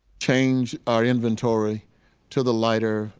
change our inventory to the lighter